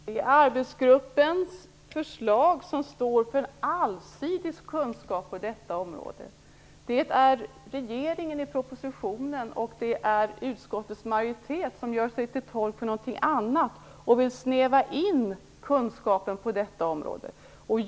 Fru talman! Arbetsgruppens förslag står för en allsidig kunskap på detta område. Det är regeringen i propositionen och utskottets majoritet som gör sig till tolk för något annat och vill snäva in kunskapen på detta område.